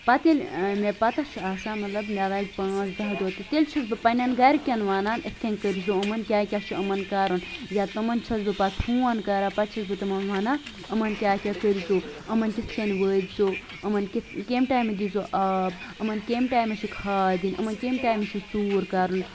پَتہٕ ییٚلہِ مےٚ پَتاہ چھِ آسان مَطلَب مےٚ لَگہِ پانٛژھ داہ دۄہ تیٚلہِ چھَس بہٕ پَنٕنیٚن گَرِکیٚن وَنان یِتھٕ کٔنۍ کٔرۍزیٚو یِمن کیٛاہ کیٛاہ چھُ یِمن کَرُن یا تِمَن چھَس بہٕ پَتہٕ فون کَران پَتہٕ چھَس بہٕ تِمَن وَنان یِمن کیٛاہ کیٛاہ کٔرۍزیٚو یِمن کِتھ کٔنۍ وٲتۍزیٚو یِمن کِتھٕ کمہِ ٹایمہٕ دیٖزیٚو آب یِمن کمہِ ٹایمہٕ چھِ کھاد دِنۍ یِمن کیٚمہِ ٹایمہِ چھِ ژوٗر کَرُن